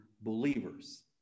believers